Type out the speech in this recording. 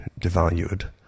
devalued